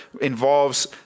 involves